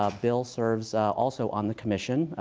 um bill serves also on the commission,